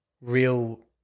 real